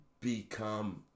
become